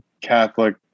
Catholic